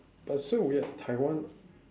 but so weird taiwan